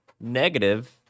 negative